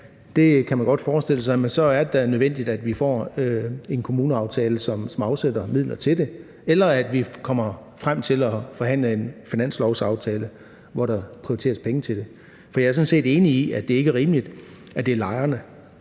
det kan man godt forestille sig, men så er det da nødvendigt, at vi får en kommuneaftale, som afsætter midler til det, eller at vi kommer frem til at forhandle en finanslovsaftale, hvor der prioriteres penge til det. For jeg er sådan set enig i, at det ikke er rimeligt, at det er lejerne,